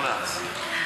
לא להחזיר,